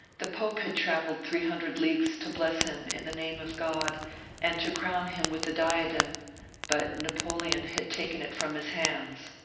the pope had traveled three hundred leagues to bless him in the name of god and to crown him with the diadem but napoleon had taken it from his hands.